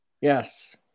Yes